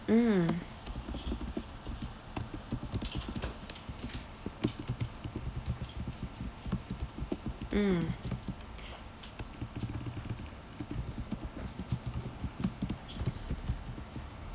mm mm